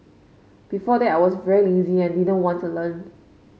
before that I was very lazy and didn't want to learn